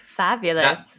Fabulous